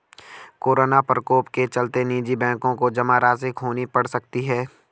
corona प्रकोप के चलते निजी बैंकों को जमा राशि खोनी पढ़ सकती है